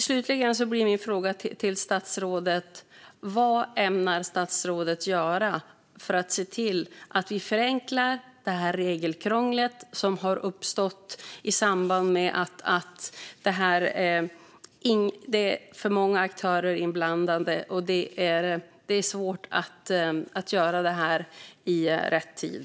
Slutligen blir min fråga till statsrådet: Vad ämnar statsrådet göra för att se till att vi förenklar det regelkrångel som har uppstått på grund av att det är för många aktörer inblandade och det är svårt att göra detta i rätt tid?